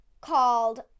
called